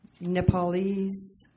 Nepalese